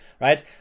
Right